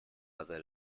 other